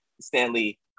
Stanley